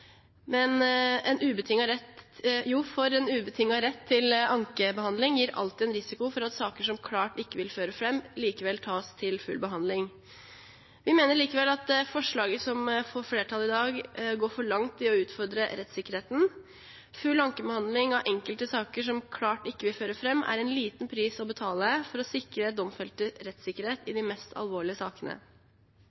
men trakk også fram at rettssikkerhetsaspektet ikke er fulgt godt nok opp i flertallets begrunnelse. Hensynet til rettssikkerhet står opp mot hensynet til effektivitet og ressursbruk i denne saken. Senterpartiet forstår regjeringens ønske om en effektiv rettsprosess uten unødig bruk av ressurser, for en ubetinget rett til ankebehandling gir alltid en risiko for at saker som klart ikke vil føre fram, likevel tas til full behandling. Vi mener likevel at forslaget som får flertall i dag, går for langt i